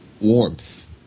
warmth